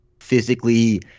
physically